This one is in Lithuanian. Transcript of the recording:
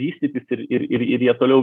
vystytis ir ir ir ir jie toliau